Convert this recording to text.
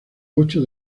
ocho